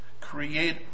create